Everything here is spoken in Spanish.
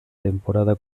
temporada